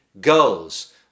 goes